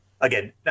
again